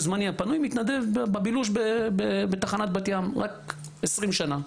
בזמני הפנוי מתנדב בבילוש בתחנת בת ים רק 20 שנה,